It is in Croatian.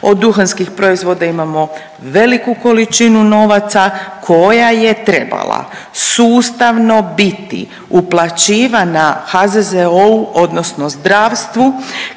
od duhanskih proizvoda. Imamo veliku količinu novaca koja je trebala sustavno biti uplaćivana HZZO-u odnosno zdravstvu